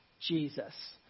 Jesus